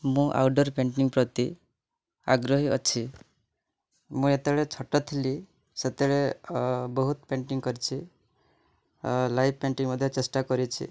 ମୁଁ outdoor painting ପ୍ରତି ଆଗ୍ରହୀ ଅଛି ମୁଁ ଯେତେବେଳେ ଛୋଟ ଥିଲି ସେତେବେଳେ ବହୁତ ପେଣ୍ଟିଙ୍ଗ୍ କରିଛି ଲାଇଭ୍ ପେଣ୍ଟିଙ୍ଗ୍ ପାଇଁ ମଧ୍ୟ ଚେଷ୍ଟା କରିଛି